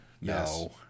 No